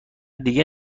دیگه